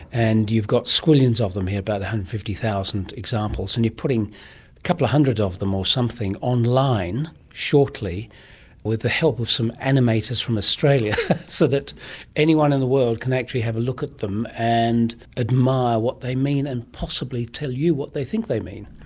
and you've got squillions of them here, about one hundred and fifty thousand examples, and you're putting a couple of hundred of them or something online shortly with the help of some animators from australia so that anyone in the world can actually have a look at them and admire what they mean and possibly tell you what they think they mean.